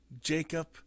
jacob